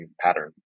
pattern